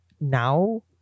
now